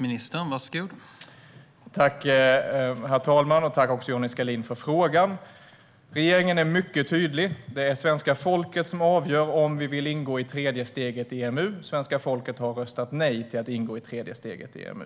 Herr talman! Tack, Johnny Skalin, för frågan! Regeringen är mycket tydlig: Det är svenska folket som avgör om vi vill ingå i tredje steget i EMU. Svenska folket har röstat nej till att ingå i tredje steget i EMU,